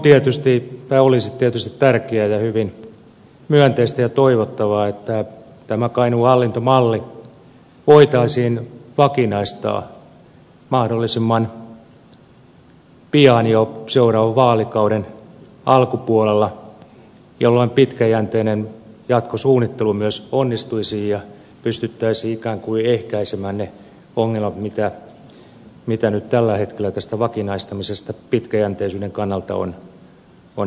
jatkon osalta olisi tietysti tärkeää ja hyvin myönteistä ja toivottavaa että tämä kainuun hallintomalli voitaisiin vakinaistaa mahdollisimman pian jo seuraavan vaalikauden alkupuolella jolloin pitkäjänteinen jatkosuunnittelu myös onnistuisi ja pystyttäisiin ikään kuin ehkäisemään ne ongelmat mitä nyt tällä hetkellä tästä vakinaistamisesta pitkäjänteisyyden kannalta on nähtävissä